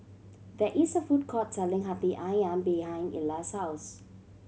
there is a food court selling Hati Ayam behind Illa's house